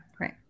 Right